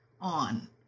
on